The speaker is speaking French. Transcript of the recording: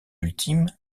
ultime